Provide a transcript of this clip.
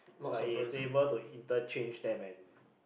like he is able to interchange them and